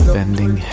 bending